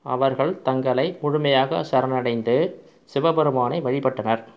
அவர்கள் தங்களை முழுமையாக சரணடைந்து சிவபெருமானை வழிபட்டனர்